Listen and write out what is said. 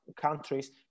Countries